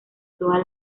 todas